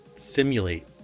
simulate